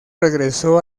regresó